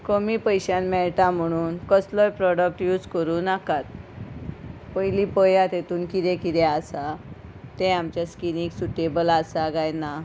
कमी पयश्यान मेळटा म्हणून कसलोय प्रोडक्ट यूज करूं नाकात पयली पया कितें कितें आसा ते आमच्या स्किनीक सुटेबल आसा कांय ना